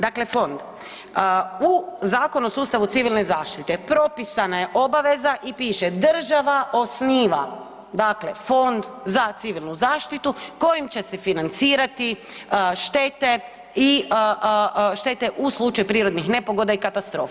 Dakle, fond u Zakonu o sustavu civilne zaštite propisana je obaveza i piše, država osniva dakle fond za civilnu zaštitu kojim će se financirati štete i, štete u slučaju prirodnih nepogoda i katastrofa.